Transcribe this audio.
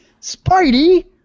Spidey